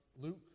Luke